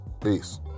Peace